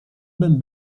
bym